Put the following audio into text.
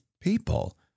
people